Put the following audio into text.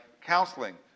counseling